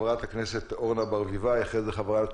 חברת הכנסת אורנה ברביבאי, אחרי זה חברת